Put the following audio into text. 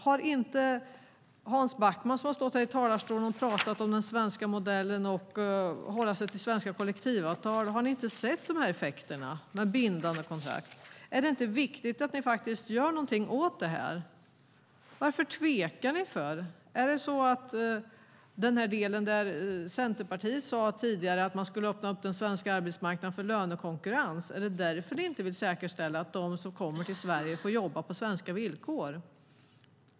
Har inte Hans Backman som har stått här i talarstolen och talat om den svenska modellen och att hålla sig till svenska kollektivavtal sett effekterna med bindande kontrakt? Är det inte viktigt att ni gör någonting åt detta? Varför tvekar ni? Är det den delen där Centerpartiet tidigare sade att det skulle öppna den svenska arbetsmarknaden för lönekonkurrens? Är det därför ni inte vill säkerställa att de som kommer till Sverige får jobba på svenska villkor?